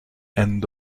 end